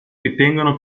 ritengono